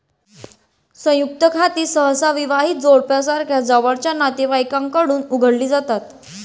संयुक्त खाती सहसा विवाहित जोडप्यासारख्या जवळच्या नातेवाईकांकडून उघडली जातात